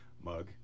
mug